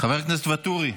חבר הכנסת ואטורי,